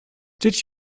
did